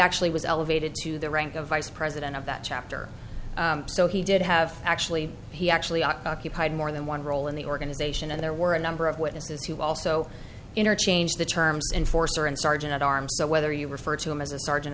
actually was elevated to the rank of vice president of that chapter so he did have actually he actually occupied more than one role in the organization and there were a number of witnesses who also interchange the terms enforcer and sergeant at arms so whether you refer to him as a sergeant